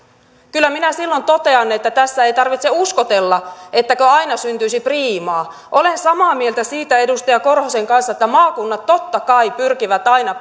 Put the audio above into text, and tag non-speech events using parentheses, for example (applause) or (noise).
kyllä minä silloin totean että tässä ei tarvitse uskotella että aina syntyisi priimaa olen samaa mieltä siitä edustaja korhosen kanssa että maakunnat totta kai pyrkivät aina (unintelligible)